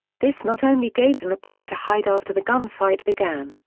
this not only gave them a place to hide after the gunfight began,